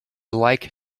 like